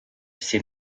ses